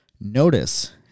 notice